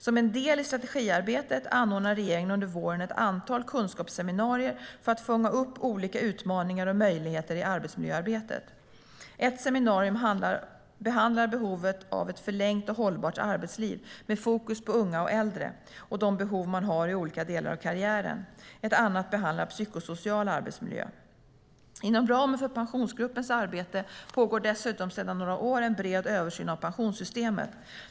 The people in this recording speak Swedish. Som en del i strategiarbetet anordnar regeringen under våren ett antal kunskapsseminarier för att fånga upp olika utmaningar och möjligheter i arbetsmiljöarbetet. Ett seminarium behandlar behovet av ett förlängt och hållbart arbetsliv, med fokus både på unga och äldre och de behov man har i olika delar av karriären. Ett annat behandlar psykosocial arbetsmiljö. Inom ramen för Pensionsgruppens arbete pågår dessutom sedan några år en bred översyn av pensionssystemet.